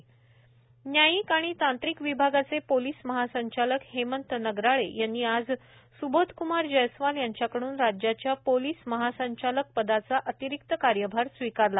police महासंचालक न्यायिक आणि तांत्रिक विभागाचे पोलीस महासंचालक हेमंत नगराळे यांनी आज सुबोधक्मार जयस्वाल यांच्याकड़न राज्याच्या पोलिस महासंचालक पदाचा अतिरिक्त कार्यभार स्वीकारला